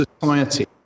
society